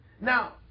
Now